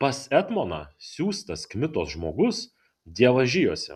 pas etmoną siųstas kmitos žmogus dievažijosi